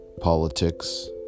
politics